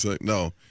No